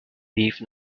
leave